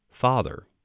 father